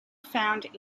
found